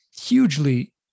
hugely